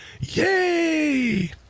Yay